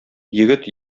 егет